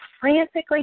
frantically